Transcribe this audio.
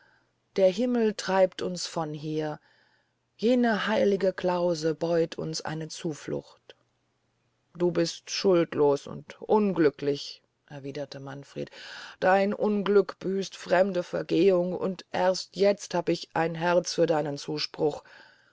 der himmel treibt uns von hier jene heilige klause beut uns eine zuflucht du bist schuldlos und unglücklich erwiederte manfred dein unglück büßt fremde vergehungen und erst jetzt hab ich ein herz für deinen zuspruch